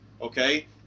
Okay